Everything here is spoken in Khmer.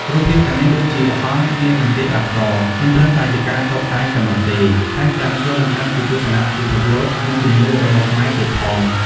រូបភាពទាំងនេះ ដូចជា ហង្ស នាគ និងទេពអប្សរ មិនត្រឹមតែជាការតុបតែងប៉ុណ្ណោះទេ ថែមទាំងឆ្លុះបញ្ចាំងពីទស្សនៈពិភពលោក និងជំនឿរបស់ខ្មែរទៀតផង។